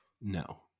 No